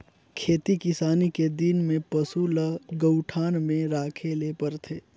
खेती किसानी के दिन में पसू ल गऊठान में राखे ले परथे